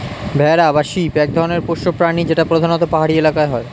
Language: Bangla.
ভেড়া বা শিপ এক ধরনের পোষ্য প্রাণী যেটা প্রধানত পাহাড়ি এলাকায় হয়